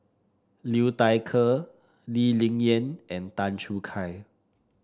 Liu Thai Ker Lee Ling Yen and Tan Choo Kai